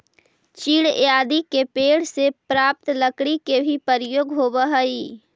चीड़ आदि के पेड़ से प्राप्त लकड़ी के भी उपयोग होवऽ हई